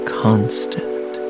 constant